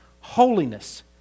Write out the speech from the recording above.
holiness